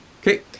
Okay